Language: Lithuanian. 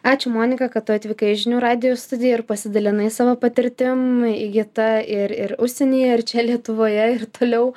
ačiū monika kad tu atvykai į žinių radijo studiją ir pasidalinai savo patirtim įgyta ir ir užsienyje ir čia lietuvoje ir toliau